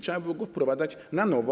Trzeba byłoby go wprowadzać na nowo.